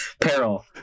peril